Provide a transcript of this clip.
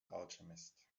alchemist